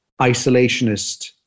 isolationist